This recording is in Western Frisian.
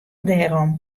dêrom